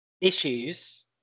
issues